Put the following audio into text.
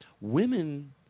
Women